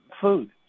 food